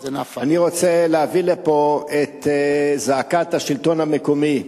אני רוצה להביא לפה את זעקת השלטון המקומי.